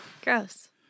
Gross